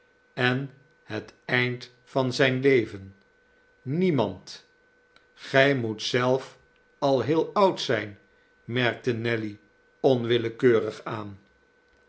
en het eind van zijn leven niemand gij moet zelf al heel oud z'ljn merkte nelly onwillekeurig aan